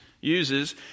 uses